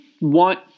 want